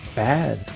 bad